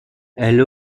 elle